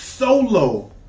solo